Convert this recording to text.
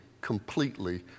completely